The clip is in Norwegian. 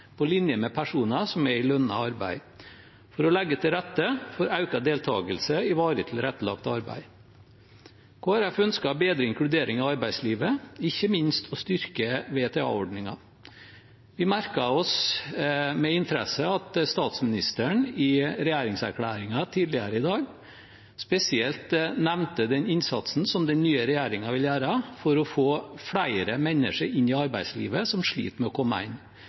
på linje med personer som er i lønnet arbeid, for å legge til rette for økt deltakelse i varig tilrettelagt arbeid. Kristelig Folkeparti ønsker en bedre inkludering i arbeidslivet, ikke minst ved å styrke VTA-ordningen. Vi merket oss med interesse at statsministeren i regjeringserklæringen tidligere i dag spesielt nevnte den innsatsen som den nye regjeringen vil gjøre for å få flere mennesker inn i arbeidslivet, som sliter med å komme inn.